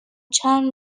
چند